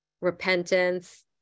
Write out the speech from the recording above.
repentance